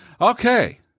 okay